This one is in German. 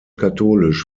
katholisch